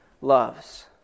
loves